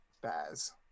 Baz